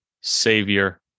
savior